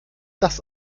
das